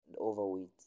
overweight